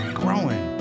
growing